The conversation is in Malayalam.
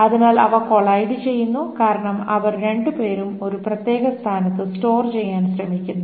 അതിനാൽ അവ കൊളൈഡ് ചെയ്യുന്നു കാരണം അവർ രണ്ടുപേരും ഒരു പ്രത്യേക സ്ഥാനത്ത് സ്റ്റോർ ചെയ്യാൻ ശ്രമിക്കുന്നു